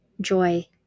joy